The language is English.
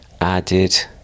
added